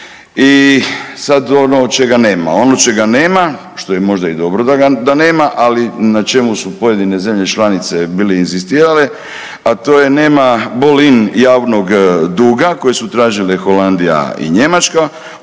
nema. Ono čega nema, što je možda i dobro da nema, ali na čemu su pojedine zemlje članice bile inzistirale, a to je nema .../Govornik se ne razumije./... javnog duga koji su tražile Holandija i Njemačka,